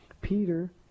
Peter